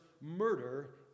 murder